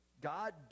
God